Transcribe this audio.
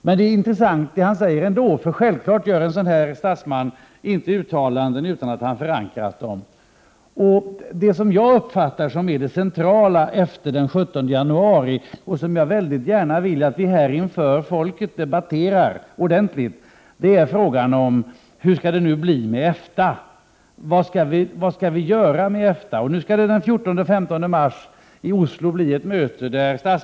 Men det som han säger är intressant ändå, eftersom en sådan statsman självfallet inte gör uttalanden utan att ha förankrat dem. Det som jag uppfattar som det centrala efter den 17 januari, och som jag mycket gärna vill att vi här inför folket debatterar ordentligt, är frågan om hur det skall bli med EFTA. Den 14 och den 15 mars skall statsministrarna i EFTA-länderna ha ett möte i Oslo.